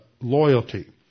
loyalty